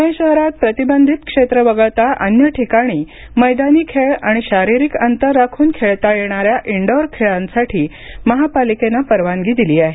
पुणे शहरात प्रतिबंधित क्षेत्र वगळता अन्य ठिकाणी मैदानी खेळ आणि शारीरिक अंतर राख्रन खेळता येणाऱ्या इनडोअर खेळांसाठी महापालिकेनं परवानगी दिली आहे